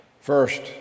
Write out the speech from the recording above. first